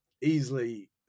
easily